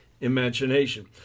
imagination